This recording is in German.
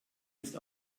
ist